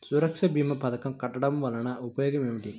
సురక్ష భీమా పథకం కట్టడం వలన ఉపయోగం ఏమిటి?